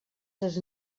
ses